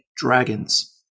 Dragons